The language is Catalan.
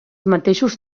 mateixos